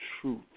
truth